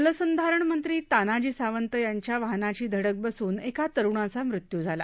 जलसंधारण मंत्री तानाजी सावंत यांच्या वाहनाची धडक बसून एका तरुणाचा मृत्यू झाला